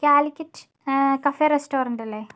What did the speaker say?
Calicut cafe restaurant അല്ലേ